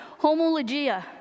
homologia